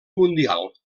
mundial